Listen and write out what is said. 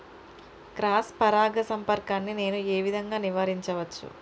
Cross పరాగ సంపర్కాన్ని నేను ఏ విధంగా నివారించచ్చు?